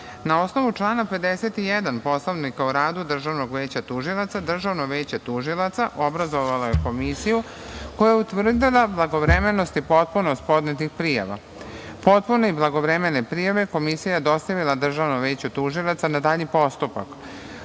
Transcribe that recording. osnovu člana 51. Poslovnika o radu Državnog veća tužilaca, Državno veće tužilaca obrazovala je Komisiju koja je utvrdila blagovremenost i potpunost podnetih prijava. Potpune i blagovremene prijave Komisija je dostavila Državnom veću tužilaca na dalji postupak. Komisiju